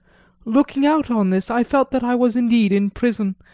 looking out on this, i felt that i was indeed in prison,